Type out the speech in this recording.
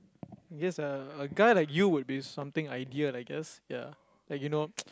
I guess a guy like you would be something ideal I guess ya like you know